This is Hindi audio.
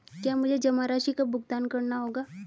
क्या मुझे जमा राशि का भुगतान करना होगा?